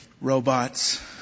Robots